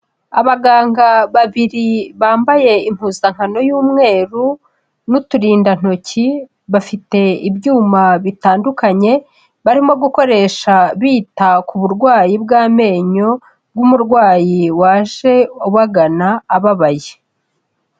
Abaganga babiri bambaye impuzankano y'umweru, n'uturindantoki, bafite ibyuma bitandukanye, barimo gukoresha bita ku burwayi bw'amenyo bw'umurwayi waje ubagana ababaye.